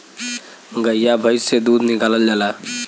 गइया भईस से दूध निकालल जाला